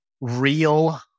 real